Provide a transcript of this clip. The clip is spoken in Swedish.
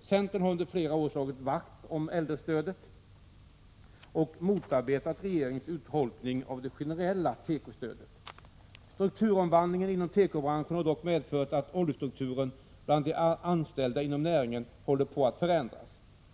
Centern har under flera år slagit vakt om äldrestödet och motarbetat regeringens urholkning av det generella tekostödet. Strukturomvandlingen inom tekobranschen har dock medfört att åldersstrukturen bland de anställda inom näringen håller på att förändras.